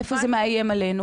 איפה זה מאיים עלינו?